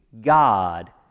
God